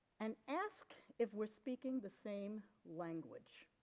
and ask if we're speaking the same language